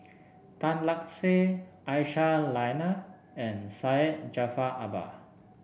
Tan Lark Sye Aisyah Lyana and Syed Jaafar Albar